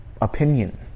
opinion